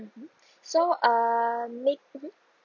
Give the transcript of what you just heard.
mmhmm so uh may mmhmm